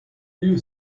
you